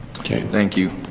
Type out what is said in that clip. thank you.